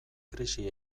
krisi